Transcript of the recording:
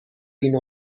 این